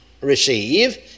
receive